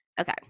Okay